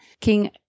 King